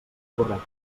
correcte